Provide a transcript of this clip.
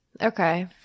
Okay